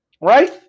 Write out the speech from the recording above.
right